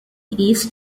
east